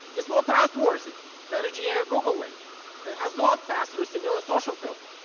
is more trustworthy than a generic google link that has not passed through a similar social filter.